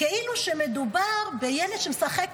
כאילו שמדובר בילד שמשחק כדורגל: